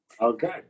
Okay